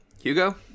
Hugo